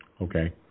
Okay